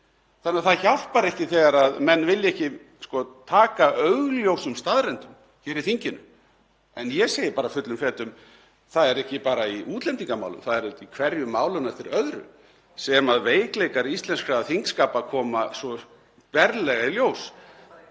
Þannig að það hjálpar ekki þegar menn vilja ekki taka augljósum staðreyndum hér í þinginu. En ég segi bara fullum fetum: Það er ekki bara í útlendingamálum, það er í hverju málinu á eftir öðru sem veikleikar íslenskra þingskapa koma svo berlega í ljós.